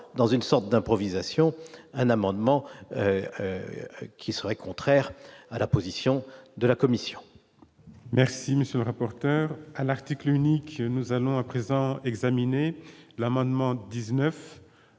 dans une sorte d'improvisation, un amendement qui serait contraire à la position de la Commission.